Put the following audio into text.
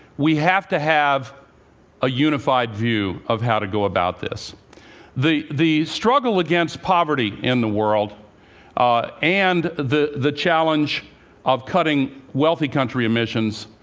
we have to have a unified view of how to go about this the the struggle against poverty in the world ah and the the challenge of cutting wealthy country emissions,